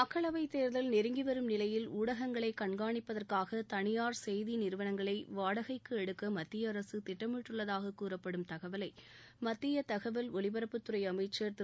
மக்களவைத் தேர்தல் நெருங்கி வரும் நிலையில் ஊடகங்களைக் கண்காணிப்பதற்காக தனியார் செய்தி நிறுவனங்களை வாடகைக்கு எடுக்க மத்திய அரசு திட்டமிட்டுள்ளதாக கூறப்படும் தகவலை மத்திய தகவல் ஒலிபரப்புத்துறை அமைச்சர் திரு